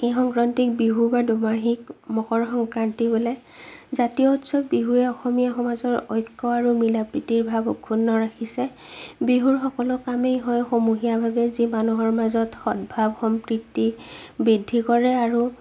এই সংক্ৰান্তিক বিহু বা দুমাহীক মকৰ সংক্ৰান্তি বোলে জাতীয় উৎসৱ বিহুৱে অসমীয়া সমাজৰ ঐক্য আৰু মিলা প্ৰীতিৰ ভাৱ অসুন্ন ৰাখিছে বিহুৰ সকলো কামেই হয় সমূহীয়াভাৱে যি মানুহৰ মাজত সৎভাৱ সম্প্ৰীতি বৃদ্ধি কৰে আৰু